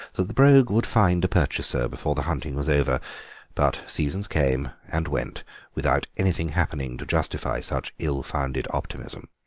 that the brogue would find a purchaser before the hunting was over but seasons came and went without anything happening to justify such ill-founded optimism.